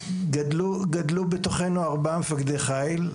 גדלו בתוכנו ארבע מפקדי חיל,